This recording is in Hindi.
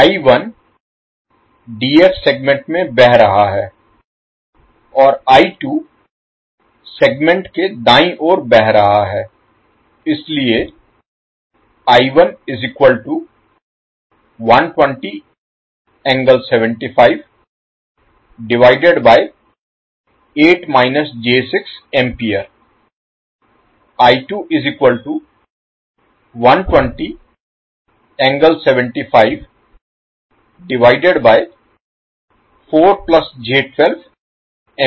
I1 d f सेगमेंट में बह रहा है और I2 सेगमेंट के दाईं ओर बह रहा है